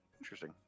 Interesting